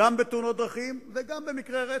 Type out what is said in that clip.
גם בתאונת דרכים וגם במקרי רצח.